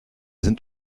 sind